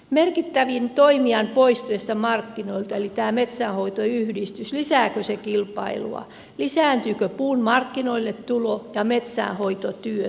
merkittävimmän toimijan poistuessa markkinoilta eli tämän metsänhoitoyhdistyksen lisääkö se kilpailua lisääntyvätkö puun markkinoille tulo ja metsänhoitotyöt